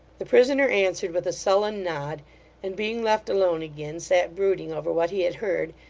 the prisoner answered with a sullen nod and being left alone again, sat brooding over what he had heard,